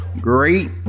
great